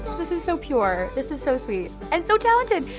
this is so pure. this is so sweet. and so talented,